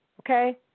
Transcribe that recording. Okay